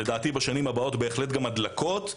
לדעתי בשנים הבאות בהחלט גם הדלקות,